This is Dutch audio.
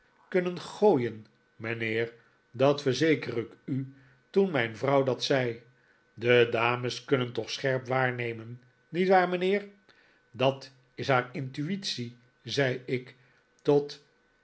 kunnen gooien mijnheer dat verzeker ik u toen mijn vrouw dat zei de dames kunnen toch scherp waarnemen niet waar mijnheer dat is haar intuitie zei ik tot